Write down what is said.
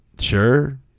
Sure